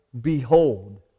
behold